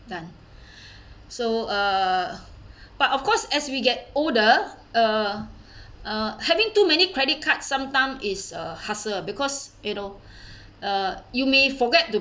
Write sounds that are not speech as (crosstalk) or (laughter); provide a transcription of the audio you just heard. done (breath) so uh but of course as we get older uh uh having too many credit card sometime is a hassle because you know (breath) uh you may forget to